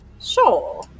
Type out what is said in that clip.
Sure